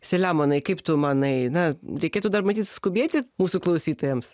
selemonai kaip tu manai na reikėtų dar matyt skubėti mūsų klausytojams